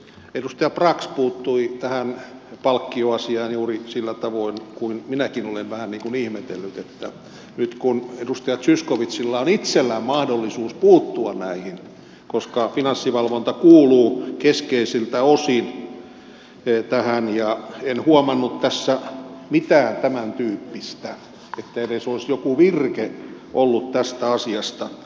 edustaja brax puuttui tähän palkkioasiaan juuri sillä tavoin kuin minäkin olen vähän ihmetellyt että nyt kun edustaja zyskowiczilla on itsellään mahdollisuus puuttua näihin koska finanssivalvonta kuuluu keskeisiltä osin tähän en huomannut tässä mitään tämän tyyppistä että edes olisi joku virke ollut tästä asiasta